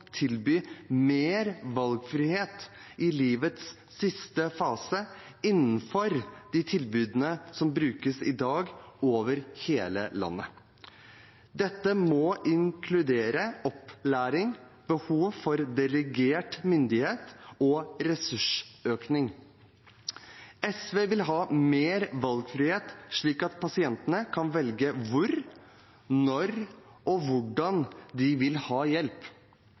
tilby mer valgfrihet i livets siste fase innenfor de tilbudene som brukes i dag over hele landet. Dette må inkludere opplæring, behov for delegert myndighet og ressursøkning. SV vil ha mer valgfrihet slik at pasientene kan velge hvor, når og hvordan de vil ha hjelp.